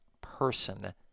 person